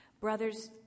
Brothers